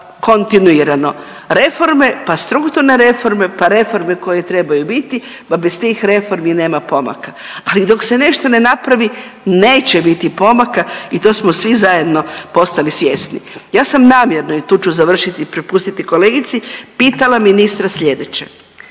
kontinuirano. Reforme, pa strukturne reforme, pa reforme koje trebaju biti, pa bez tih reformi nema pomaka. Ali dok se nešto ne napravi neće biti pomaka i to smo svi zajedno postali svjesni. Ja sam namjerno i tu ću završit i prepustiti kolegici, pitala ministra sljedeće,